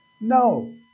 No